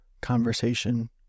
conversation